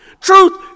truth